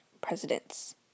presidents